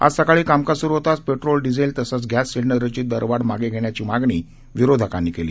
आज सकाळी कामकाज सुरु होताच पेट्रोल डिझेल तसंच गॅससिलेंडरची दरवाढ मागे घेण्याची मागणी विरोधकांनी केली